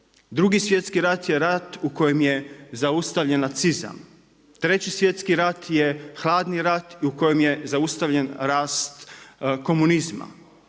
Dru svjetski rat je rat u kojem je zaustavljen nacizam. Treći svjetski rat je hladni rat i u kojem je zaustavljen rast komunizma